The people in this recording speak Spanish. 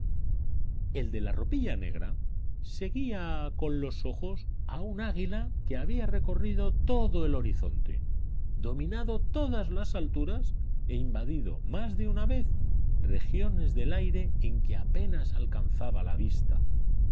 el de la ropilla negra seguía con los ojos a un águila que había recorrido todo el horizonte dominado todas las alturas e invadido más de una vez regiones del aire en que apenas la alcanzaba la vista